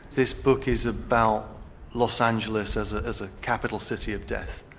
this book is about los angeles as ah as a capital city of death,